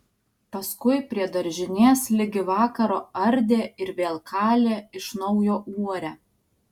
paskui prie daržinės ligi vakaro ardė ir vėl kalė iš naujo uorę